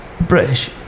British